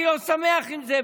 אני לא שמח עם זה,